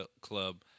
Club